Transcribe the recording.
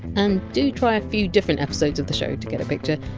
and do try a few different episodes of the show to get a picture.